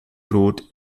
droht